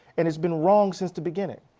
it has been wrong since the beginning.